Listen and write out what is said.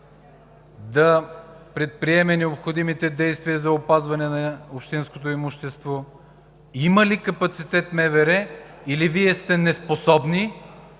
да предприеме необходимите действия за опазване на общинското имущество? Има ли капацитет Министерството на